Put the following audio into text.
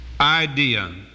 idea